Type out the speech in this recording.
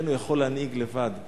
לכן הוא יכול להנהיג לבד.